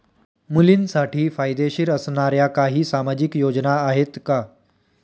मुलींसाठी फायदेशीर असणाऱ्या काही सामाजिक योजना आहेत का?